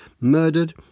murdered